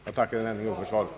Jag tackar än en gång för svaret.